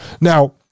Now